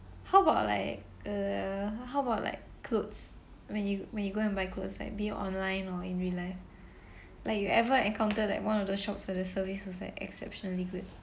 how about like uh how about like clothes when you when you go and buy clothes like be it online or in real life like you ever encounter like one of those shops or the service is like exceptionally good